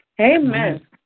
Amen